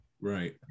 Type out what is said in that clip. Right